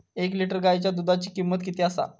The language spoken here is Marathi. एक लिटर गायीच्या दुधाची किमंत किती आसा?